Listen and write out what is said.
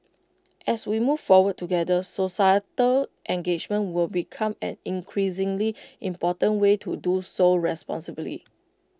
as we move forward together societal engagement will become an increasingly important way to do so responsibly